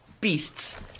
beasts